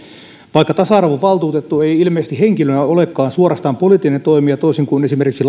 vaikka tasa arvovaltuutettu ei ilmeisesti henkilönä olekaan suorastaan poliittinen toimija toisin kuin esimerkiksi